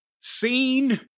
seen